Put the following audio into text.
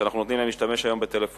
שאנחנו נותנים להם להשתמש היום בטלפונים